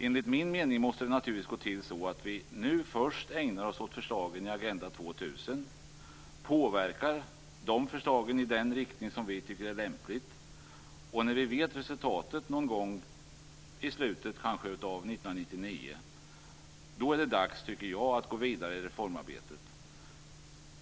Enligt min mening måste det naturligtvis gå till så att vi nu först ägnar oss åt förslagen i Agenda 2000 och påverkar dessa i den riktning som vi tycker är lämpligt. När vi vet resultatet någongång i slutet av 1999 är det dags att gå vidare i reformarbetet.